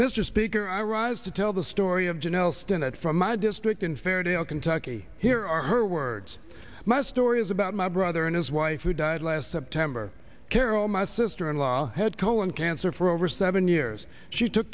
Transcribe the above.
mr speaker i rise to tell the story of genelle stinnett from my district in fairytale kentucky here are her words my story is about my brother and his wife who died last september carol my sister in law had colon cancer for over seven years she took